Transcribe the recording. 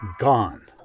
Gone